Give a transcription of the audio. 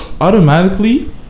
automatically